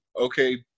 okay